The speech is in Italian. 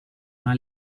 una